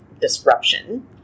disruption